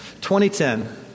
2010